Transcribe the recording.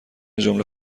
جمله